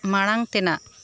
ᱢᱟᱲᱟᱝ ᱛᱮᱱᱟᱜ